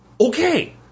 Okay